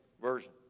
Version